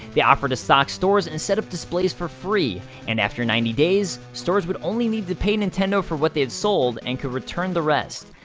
they offered to stock stores and set-up displays for free, and after ninety days, stores would only need to pay nintendo for what they had sold, and could return the rest.